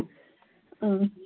اۭں